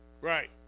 Right